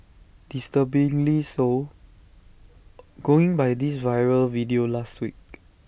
disturbingly so going by this viral video last week